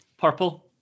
Purple